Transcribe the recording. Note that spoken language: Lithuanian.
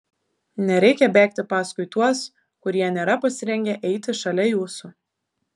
nereikia bėgti paskui tuos kurie nėra pasirengę eiti šalia jūsų